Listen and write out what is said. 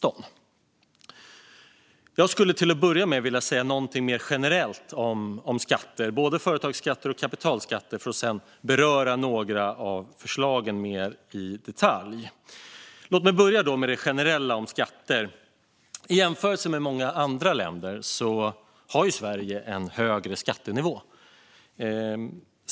Jag skulle till att börja med vilja säga någonting mer generellt om skatter, både företagsskatter och kapitalskatter, för att sedan beröra några av förslagen mer i detalj. Låt mig börja med det generella om skatter! I jämförelse med många andra länder har Sverige en hög skattenivå.